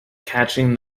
catching